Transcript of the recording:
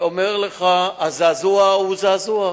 שהזעזוע הוא זעזוע.